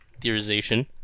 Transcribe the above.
theorization